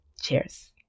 Cheers